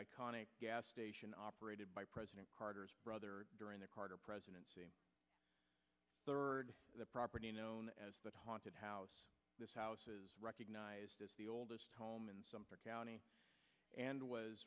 iconic gas station operated by president carter's brother during the carter presidency third the property known as that haunted house this house is recognized as the oldest home in sumter county and was